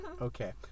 Okay